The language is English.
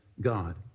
God